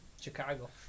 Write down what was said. Chicago